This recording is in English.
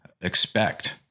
expect